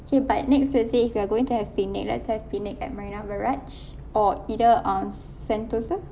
okay but next thursday if we are going to have picnic let's have picnic at marina barrage or either uh sentosa